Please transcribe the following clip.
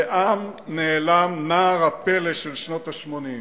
לאן נעלם נער הפלא של שנות ה-80?